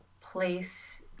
place